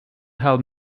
help